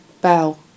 bell